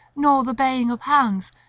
nor the baying of hounds,